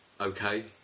okay